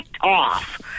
off